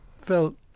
felt